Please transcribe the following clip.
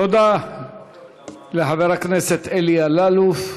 תודה לחבר הכנסת אלי אלאלוף,